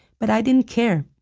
but i didn't care.